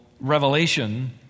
revelation